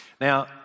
Now